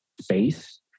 space